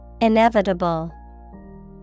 Inevitable